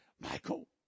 Michael